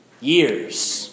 years